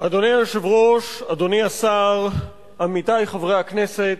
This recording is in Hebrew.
אדוני היושב-ראש, אדוני השר, עמיתי חברי הכנסת,